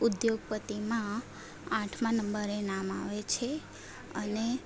ઉદ્યોગપતિઓમાં આઠમાં નબરે નામ આવે છે અને